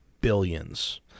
billions